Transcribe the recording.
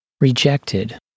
rejected